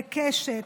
בקשת,